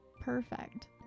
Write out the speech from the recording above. perfect